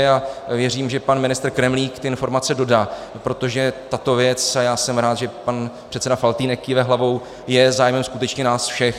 A věřím, že pan ministr Kremlík ty informace dodá, protože tato věc a já jsem rád, že pan předseda Faltýnek kýve hlavou je zájmem skutečně nás všech.